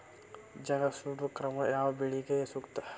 ಜಗಾ ಸುಡು ಕ್ರಮ ಯಾವ ಬೆಳಿಗೆ ಸೂಕ್ತ?